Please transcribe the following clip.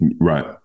Right